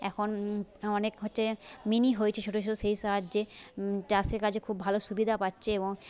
এখন অনেক হচ্ছে মিনি হয়েছে ছোট ছোটো সেই সাহায্যে চাষের কাজে খুব ভালো সুবিধা পাচ্ছে এবং